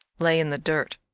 lay in the dirt.